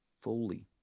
fully